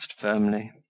firmly